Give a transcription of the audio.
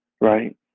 Right